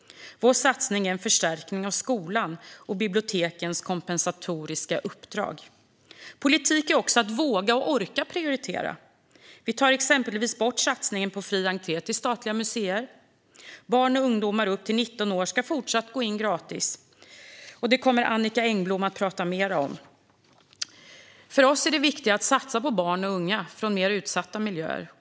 Vår satsning är en förstärkning av skolan och av bibliotekens kompensatoriska uppdrag. Politik är också att våga och orka prioritera. Vi tar exempelvis bort satsningen på fri entré till statliga museer. Barn och ungdomar upp till 19 år ska fortsatt gå in gratis. Detta kommer Annicka Engblom att tala mer om. För oss är det viktigare att satsa på barn och unga från mer utsatta miljöer.